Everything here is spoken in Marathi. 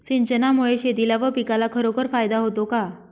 सिंचनामुळे शेतीला व पिकाला खरोखर फायदा होतो का?